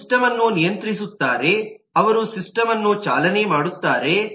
ಅವರು ಸಿಸ್ಟಮ್ ಅನ್ನು ನಿಯಂತ್ರಿಸುತ್ತಾರೆ ಅವರು ಸಿಸ್ಟಮ್ ಅನ್ನು ಚಾಲನೆ ಮಾಡುತ್ತಾರೆ